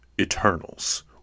Eternals